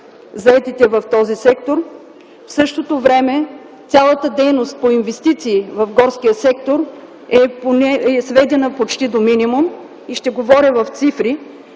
заетите в този сектор. В същото време цялата дейност по инвестиции в горския сектор е сведена почти до минимум. Ще говоря в цифри.